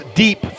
deep